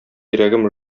йөрәгем